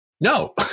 no